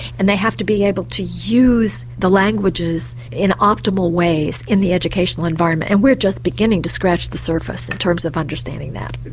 and they have to be able to use the languages in optimal ways in the educational environment. and we're just beginning to scratch the surface in terms of understanding that.